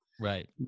Right